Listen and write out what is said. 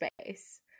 space